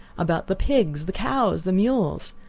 about the pigs, the cows, the mules!